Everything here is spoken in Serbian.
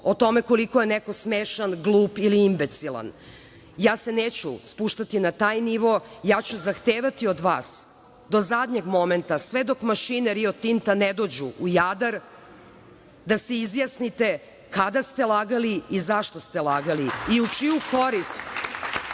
o tome koliko je neko smešan, glup ili inbecilan, ja se neću spuštati na taj nivo i ja ću zahtevati od vas, do zadnjeg momenta, sve dok mašine Rio Tinta ne dođu u Jadar, da se izjasnite kada ste lagali i zašto ste lagali i u čiju korist